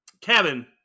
Kevin